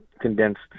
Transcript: condensed